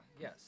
Yes